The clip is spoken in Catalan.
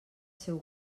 seu